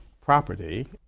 property